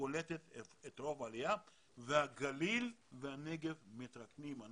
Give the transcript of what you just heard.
שקולטת את רוב העלייה והגליל והנגב מתרוקנים.